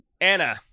Anna